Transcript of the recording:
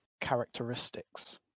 characteristics